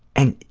and,